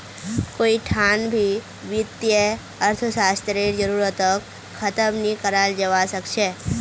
कोई ठान भी वित्तीय अर्थशास्त्ररेर जरूरतक ख़तम नी कराल जवा सक छे